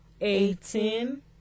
eighteen